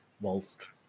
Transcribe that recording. whilst